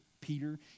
Peter